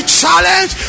challenge